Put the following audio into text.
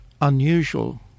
unusual